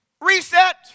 reset